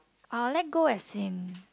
I'm let go as him